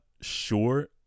sure